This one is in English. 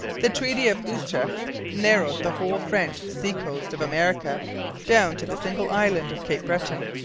the treaty of utrecht narrowed the whole french sea-coast of america down to the single island of cape breton.